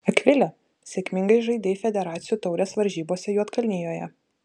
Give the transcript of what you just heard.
akvile sėkmingai žaidei federacijų taurės varžybose juodkalnijoje